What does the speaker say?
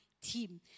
team